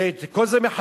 ועל כל זה מחייבים,